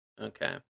Okay